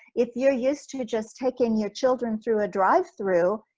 if you're used to just taking your children through a drive-thru,